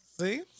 See